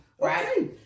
Right